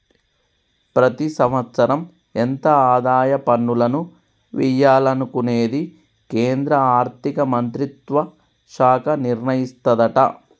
ప్రతి సంవత్సరం ఎంత ఆదాయ పన్నులను వియ్యాలనుకునేది కేంద్రా ఆర్థిక మంత్రిత్వ శాఖ నిర్ణయిస్తదట